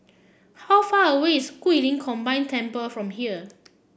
how far away is Guilin Combined Temple from here